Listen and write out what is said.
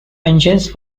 engines